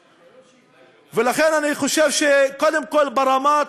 ולכן, אני חושב שקודם כול ברמת